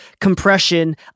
compression